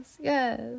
yes